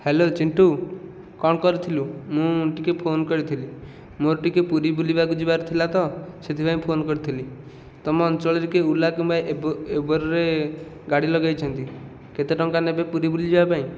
hello Chintu କ'ଣ କରିଥିଲୁ ମୁଁ ଟିକେ ଫୋନ କରିଥିଲି ମୋର ଟିକେ ପୁରୀ ବୁଲିବାକୁ ଯିବାର ଥିଲା ତ ସେଥିପାଇଁ ଫୋନ କରିଥିଲି ତୁମ ଅଞ୍ଚଳରେ କିଏ ଓଲା କିମ୍ବା ଉବର୍ରେ ଗାଡ଼ି ଲଗାଇଛନ୍ତି କେତେ ଟଙ୍କା ନେବେ ପୁରୀ ବୁଲିଯିବା ପାଇଁ